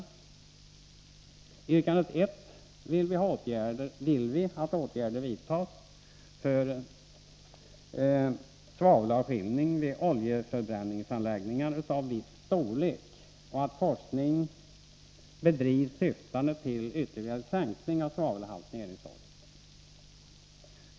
I yrkande 1 vill vi att åtgärder vidtas för svavelavskiljning vid oljeförbränningsanläggning av viss storlek och att forskning bedrivs syftande till ytterligare sänkning av svavelhalten i eldningsolja.